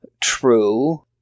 true